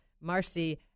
Marcy